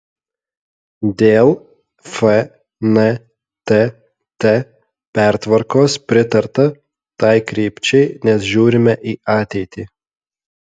dėl fntt pertvarkos pritarta tai krypčiai nes žiūrime į ateitį